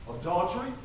adultery